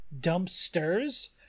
Dumpsters